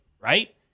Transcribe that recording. Right